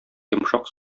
йомшак